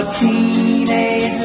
teenage